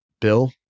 Bill